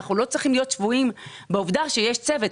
אנחנו לא צריכים להיות שבויים בעובדה שיש צוות.